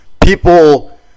people